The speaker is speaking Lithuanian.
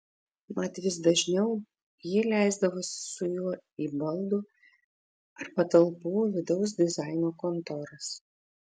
mat vis dažniau ji leisdavosi su juo į baldų ar patalpų vidaus dizaino kontoras